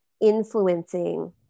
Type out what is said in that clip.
influencing